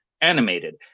animated